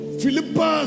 Philippa